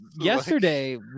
Yesterday